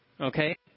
okay